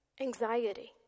anxiety